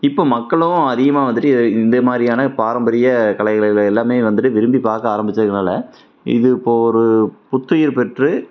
இப்போ மக்களும் அதிகமாக வந்துவிட்டு இதை இந்த மாதிரியான பாரம்பரிய கலைகள் எல்லாம் வந்துவிட்டு விரும்பி பார்க்க ஆரம்பித்ததுனால இது இப்போ ஒரு புத்துயிர் பெற்று